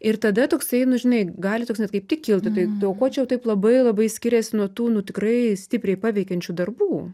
ir tada toksai nu žinai gali toks nes kaip tik kilt dėl ko čia jau taip labai labai skiriasi nuo tų nu tikrai stipriai paveikiančių darbų